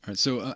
and so,